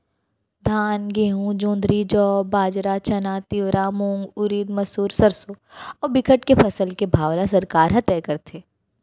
धान, गहूँ, जोंधरी, जौ, बाजरा, चना, तिंवरा, मूंग, उरिद, मसूर, सरसो अउ बिकट के फसल के भाव ल सरकार ह तय करथे